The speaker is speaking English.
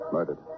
Murdered